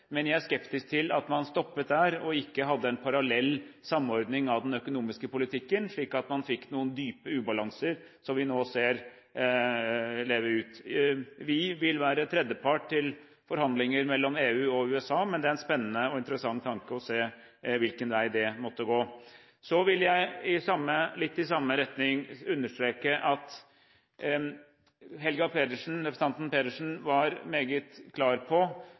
men jeg er skeptisk til at man stoppet der og ikke hadde en parallell samordning av den økonomiske politikken, slik at man fikk noen dype ubalanser, som vi nå ser leves ut. Vi vil være tredjepart til forhandlinger mellom EU og USA, men det er en spennende og interessant å se hvilken vei det måtte gå. Så vil jeg, litt i samme retning, understreke at representanten Helga Pedersen var meget klar på